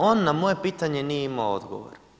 On na moje pitanje nije imao odgovor.